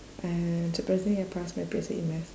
and surprisingly I passed my P_S_L_E math